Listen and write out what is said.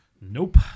Nope